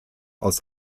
aus